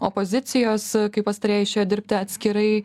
opozicijos kai pastarieji išėjo dirbti atskirai